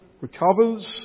recovers